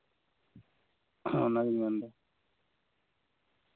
ᱚᱱᱟᱧ ᱢᱮᱱᱫᱟ